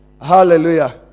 Hallelujah